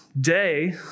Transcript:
Day